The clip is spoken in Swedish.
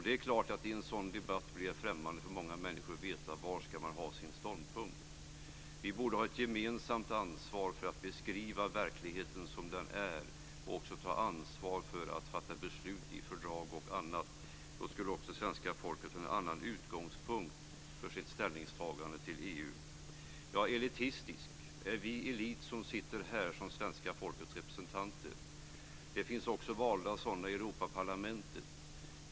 Det är klart att det är svårt för många människor att veta vilken ståndpunkt de ska inta i en sådan debatt. Vi borde ha ett gemensamt ansvar för att beskriva verkligheten som den är, och vi borde ta ansvar för att fatta beslut i fördrag och annat. Då skulle också svenska folket ha en annan utgångspunkt för sitt ställningstagande gällande EU. Kenneth Kvist använde ordet elitistisk. Är vi som sitter i riksdagen som svenska folkets representanter en elit? Det finns också valda representanter i Europaparlamentet.